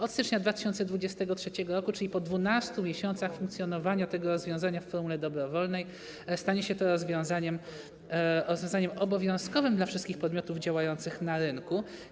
Od stycznia 2023 r., czyli po 12 miesiącach funkcjonowania tego rozwiązania w formule dobrowolnej, stanie się to rozwiązaniem obowiązkowym dla wszystkich podmiotów działających na rynku.